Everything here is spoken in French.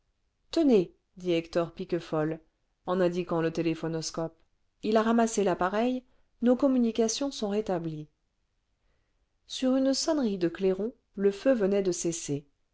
tenez dit hector piquefol en indiquant le téléphonoscope il n ramassé l'appareil nos communications sont rétablies sur une sonnerie de clairons le feu venait de cesser